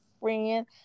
friend